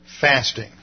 fasting